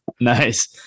Nice